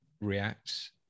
reacts